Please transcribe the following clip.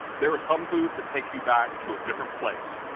there are some foods that take you back to a different place,